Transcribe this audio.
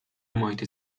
محیط